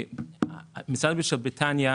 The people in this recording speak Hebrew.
משרד הבריאות של בריטניה